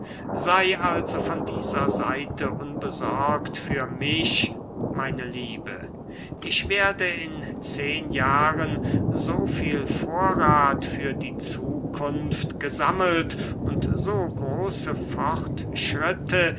sey also von dieser seite unbesorgt für mich meine liebe ich werde in zehen jahren so viel vorrath für die zukunft gesammelt und so große fortschritte